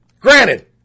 Granted